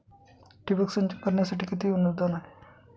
ठिबक सिंचन करण्यासाठी किती अनुदान आहे?